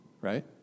right